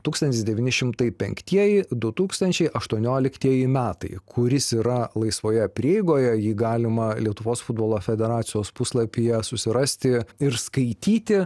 tūkstantis devyni šimtai penktieji du tūkstančiai aštuonioliktieji metai kuris yra laisvoje prieigoje jį galima lietuvos futbolo federacijos puslapyje susirasti ir skaityti